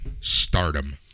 Stardom